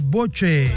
Boche